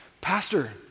Pastor